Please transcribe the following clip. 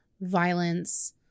violence